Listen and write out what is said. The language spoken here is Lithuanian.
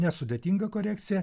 nesudėtinga korekcija